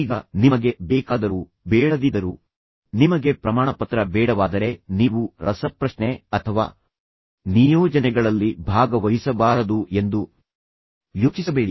ಈಗ ನಿಮಗೆ ಬೇಕಾದರೂ ಬೇಡದಿದ್ದರೂ ನಿಮಗೆ ಪ್ರಮಾಣಪತ್ರ ಬೇಡವಾದರೆ ನೀವು ರಸಪ್ರಶ್ನೆ ಅಥವಾ ನಿಯೋಜನೆಗಳಲ್ಲಿ ಭಾಗವಹಿಸಬಾರದು ಎಂದು ಯೋಚಿಸಬೇಡಿ